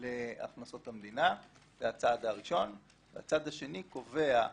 להכנסות המדינה זה הצעד הראשון; והצעד השני קובע,